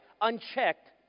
unchecked